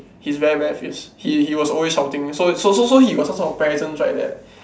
he's very very fierce he he was always shouting so so so so he got some sort of presence right there